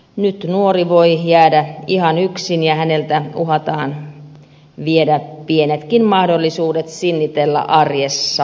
nyt nuori voi jäädä ihan yksin ja häneltä uhataan viedä pienetkin mahdollisuudet sinnitellä arjessaan